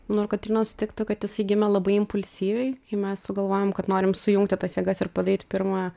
nau ir kotryna sutiktų kad jisai gimė labai impulsyviai kai mes sugalvojom kad norim sujungti tas jėgas ir padaryt pirmą